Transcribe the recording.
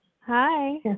Hi